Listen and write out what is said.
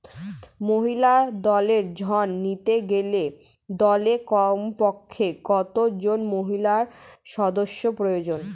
মহিলা দলের ঋণ নিতে গেলে দলে কমপক্ষে কত জন মহিলা সদস্য প্রয়োজন?